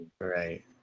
right